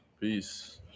Peace